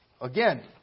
again